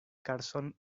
carson